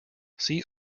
see